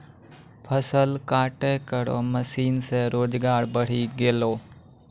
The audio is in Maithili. फसल काटै केरो मसीन सें रोजगार बढ़ी गेलै